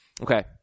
Okay